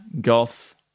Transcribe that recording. goth